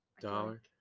Dollar